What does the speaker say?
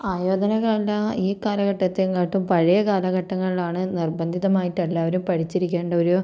ആയോധനകല ഈ കാലഘട്ടത്തേക്കാളും പഴയ കാലഘട്ടങ്ങളിലാണ് നിർബന്ധിതമായിട്ട് എല്ലാവരും പഠിച്ചിരിക്കേണ്ട ഒരു